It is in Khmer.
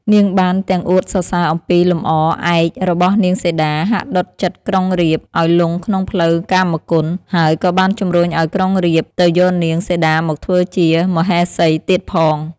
នាងបានទាំងអួតសរសើរអំពីលំអឯករបស់នាងសីតា ហាក់ដុតចិត្តក្រុងរាពណ៍ឱ្យលុងក្នុងផ្លូវកាមគុណ ហើយក៏បានជំរុញឱ្យក្រុងរាពណ៍ទៅយកនាង សីតាមកធ្វើជាមហេសីទៀតផង។